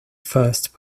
first